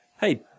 hey